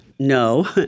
No